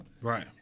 Right